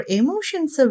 emotions